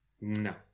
No